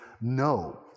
no